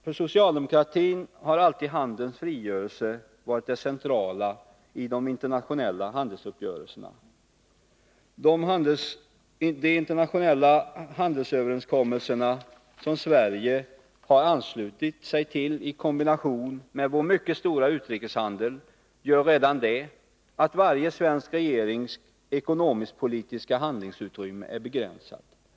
För socialdemokratin har alltid handelns frigörelse varit det centrala i de internationella handelsuppgörelserna. De internationella handelsöverenskommelser som Sverige har anslutit sig till gör i kombination med vår mycket stora utrikeshandel att varje svensk regerings ekonomiskpolitiska handlingsutrymme är begränsat.